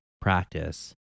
practice